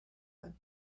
one